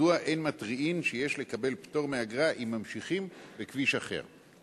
3. מדוע אין מחייבים בעבור השימוש בכביש רק במקרה נסיעה לכל אורכו?